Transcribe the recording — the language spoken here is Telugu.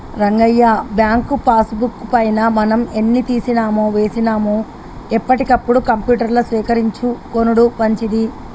రంగయ్య బ్యాంకు పాస్ బుక్ పైన మనం ఎన్ని తీసినామో వేసినాము ఎప్పటికప్పుడు కంప్యూటర్ల సేకరించుకొనుడు మంచిది